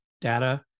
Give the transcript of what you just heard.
data